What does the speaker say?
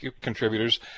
contributors